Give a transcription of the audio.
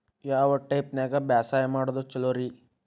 ಯಾವ ಟೈಪ್ ನ್ಯಾಗ ಬ್ಯಾಸಾಯಾ ಮಾಡೊದ್ ಛಲೋರಿ?